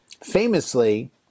famously